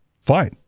fine